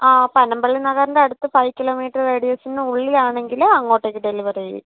ആ പനമ്പിള്ളി നഗറിൻ്റെ അടുത്ത് ഫൈവ് കിലോമീറ്റർ റേഡിയസിനുള്ളിലാണെങ്കിൽ അങ്ങോട്ടേക്ക് ഡെലിവറി ചെയ്യും